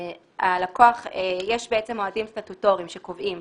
יש מועדים סטטוטוריים שקובעים